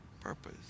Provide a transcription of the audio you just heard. purpose